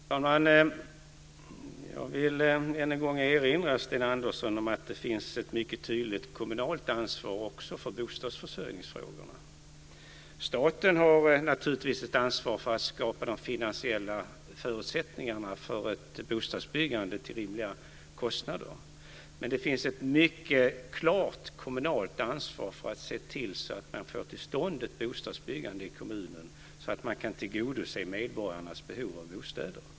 Fru talman! Jag vill än en gång erinra Sten Andersson om att det finns ett mycket tydligt kommunalt ansvar för bostadsförsörjningsfrågorna. Staten har naturligtvis ett ansvar för att skapa de finansiella förutsättningarna för ett bostadsbyggande till rimliga kostnader, men det finns ett mycket klart kommunalt ansvar att se till att få till stånd ett bostadsbyggande i kommunen så att det går att tillgodose medborgarnas behov av bostäder.